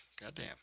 goddamn